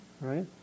Right